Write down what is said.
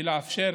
הוא לאפשר